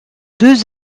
deux